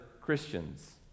Christians